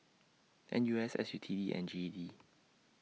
N U S S U T D and G E D